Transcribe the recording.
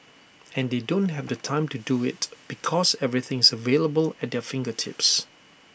and they don't have the time to do IT because everything is available at their fingertips